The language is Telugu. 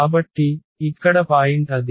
కాబట్టి ఇక్కడ పాయింట్ అది